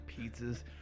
pizzas